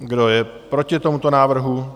Kdo je proti tomuto návrhu?